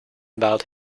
about